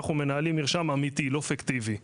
אנחנו מנהלים מרשם אמיתי, לא פיקטיבי.